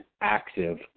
active